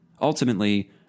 Ultimately